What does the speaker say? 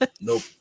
nope